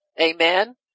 Amen